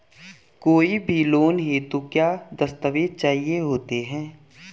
कोई भी लोन हेतु क्या दस्तावेज़ चाहिए होते हैं?